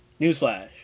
Newsflash